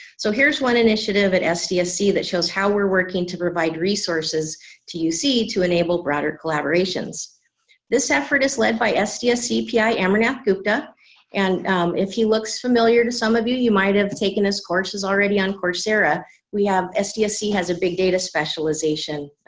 so here's one initiative at sdsc that shows how we're working to provide resources to uc to enable broader collaborations this effort is led by sdsc pi amarnath gupta and if he looks familiar to some of you you might have taken his course, is already on coursera we have sdsc has a big data specialization